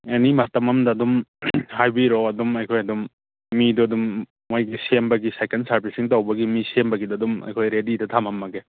ꯑꯦꯅꯤ ꯃꯇꯝ ꯑꯃꯗ ꯑꯗꯨꯝ ꯍꯥꯏꯕꯤꯔꯛꯑꯣ ꯑꯗꯨꯝ ꯑꯩꯈꯣꯏ ꯑꯗꯨꯝ ꯃꯤꯗꯣ ꯑꯗꯨꯝ ꯃꯣꯏꯒꯤ ꯁꯦꯝꯕꯒꯤ ꯁꯥꯏꯀꯟ ꯁꯥꯔꯕꯤꯁꯤꯡ ꯇꯧꯕꯒꯤ ꯃꯤ ꯁꯦꯝꯕꯒꯤꯗꯣ ꯑꯗꯨꯝ ꯑꯩꯈꯣꯏ ꯔꯦꯗꯤꯗ ꯊꯝꯃꯝꯃꯒꯦ